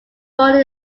born